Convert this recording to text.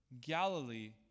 Galilee